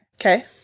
Okay